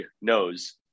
knows